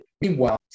Meanwhile